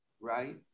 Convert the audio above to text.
right